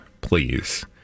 Please